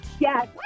Yes